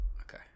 Okay